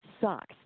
socks